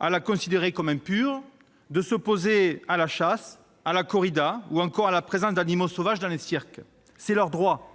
à la considérer comme impure, de s'opposer à la chasse, à la corrida ou encore à la présence d'animaux sauvages dans les cirques. C'est leur droit,